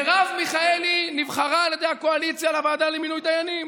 מרב מיכאלי נבחרה על ידי הקואליציה לוועדה למינוי דיינים.